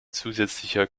zusätzlicher